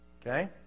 Okay